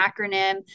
acronym